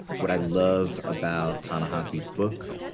what i love about ta-nehisi's book,